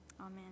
Amen